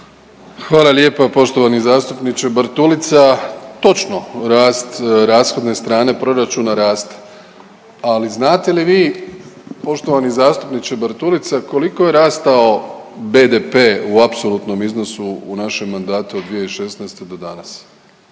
Hvala lijepa poštovani zastupniče Bartulica. Točno rast rashodne strane proračuna raste, ali znate li vi poštovani zastupniče Bartulica koliko je rastao BDP u apsolutnom iznosu u našem mandatu od 2016. do danas?